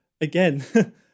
Again